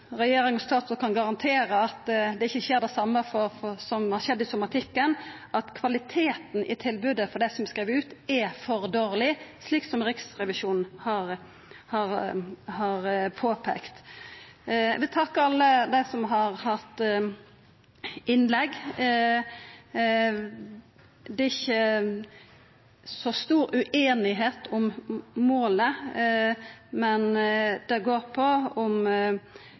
regjeringa og statsråden kan garantera at det ikkje skjer det same som har skjedd i somatikken, at kvaliteten i tilbodet for dei som er skrivne ut, er for dårleg, slik som Riksrevisjonen har påpeikt. Vi takkar alle dei som har hatt innlegg. Det er ikkje så stor usemje om målet, men det går på om